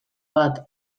bat